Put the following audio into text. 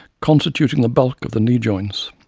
constituting the bulk of the knee joints.